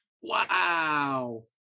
Wow